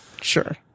Sure